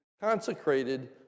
consecrated